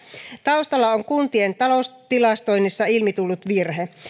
taustalla on kuntien taloustilastoinnissa ilmi tullut virhe